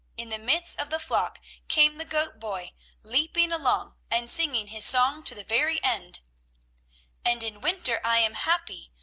in the midst of the flock came the goat-boy leaping along, and singing his song to the very end and in winter i am happy,